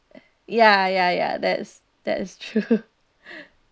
ya ya ya that's that is true